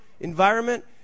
environment